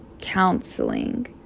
counseling